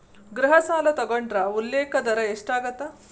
ಗೃಹ ಸಾಲ ತೊಗೊಂಡ್ರ ಉಲ್ಲೇಖ ದರ ಎಷ್ಟಾಗತ್ತ